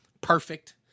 perfect